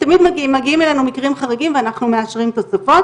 תמיד מגיעים אלינו מקרים חריגים ואנחנו מאשרים תוספות.